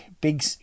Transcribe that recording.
big